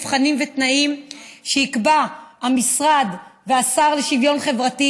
מבחנים ותנאים שיקבע המשרד והשר לשוויון חברתי